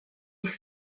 ich